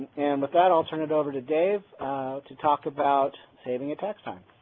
and with that i'll turn it over to dave to talk about saving at tax time.